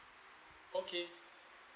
okay